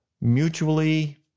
mutually